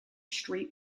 street